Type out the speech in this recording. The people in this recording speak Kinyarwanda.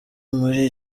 muri